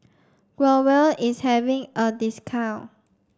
Growell is having a discount